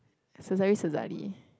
Sezairi-Sazali